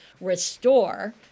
restore